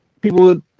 people